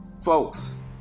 Folks